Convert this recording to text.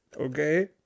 Okay